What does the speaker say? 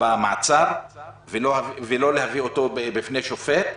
במעצר ולא להביא אותו בפני שופט.